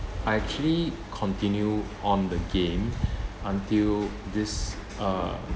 I actually continue on the game until this uh